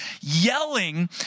yelling